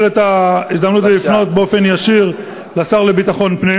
את החוק סגן שר הביטחון חבר הכנסת בן-דהן.